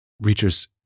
Reacher's